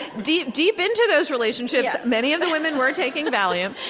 deep deep into those relationships, many of the women were taking valium,